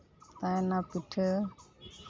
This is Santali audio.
ᱛᱟᱦᱮᱱᱟ ᱯᱤᱴᱷᱟᱹ